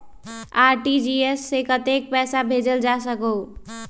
RTGS से कतेक पैसा भेजल जा सकहु???